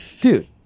Dude